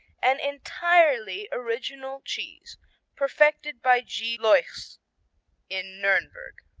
an entirely original cheese perfected by g. leuchs in nurnberg.